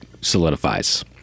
solidifies